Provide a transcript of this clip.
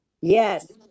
Yes